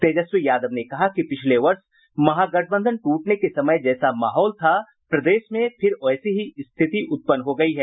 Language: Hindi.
तेजस्वी यादव ने कहा कि पिछले वर्ष महागठबंधन टूटने के समय जैसा माहौल था प्रदेश में फिर वैसी ही स्थिति उत्पन्न हो गयी है